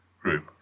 group